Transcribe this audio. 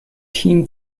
team